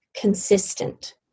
consistent